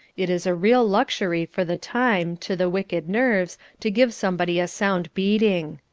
it is a real luxury for the time, to the wicked nerves to give somebody a sound beating.